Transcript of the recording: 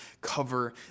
cover